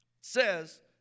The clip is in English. says